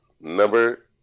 number